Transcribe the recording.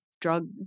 drug